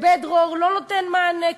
"בית דרור" לא נותן מענה,